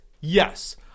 yes